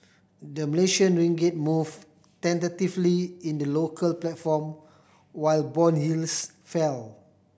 the Malaysian ringgit moved tentatively in the local platform while bond yields fell